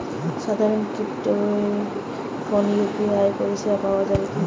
সাধারণ কিপেড ফোনে ইউ.পি.আই পরিসেবা পাওয়া যাবে কিনা?